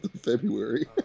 February